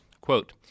quote